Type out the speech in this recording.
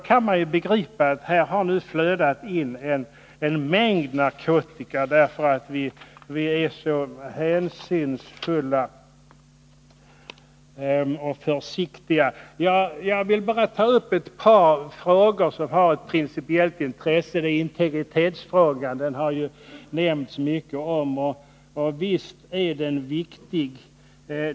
Man kan begripa att det nu har flödat in en mängd narkotika därför att kontrollen är så hänsynsfull och försiktig. Jag vill ta upp bara ett par frågor som har ett principiellt intresse. Det har nämnts mycket om integritetsfrågan, och visst är den viktig.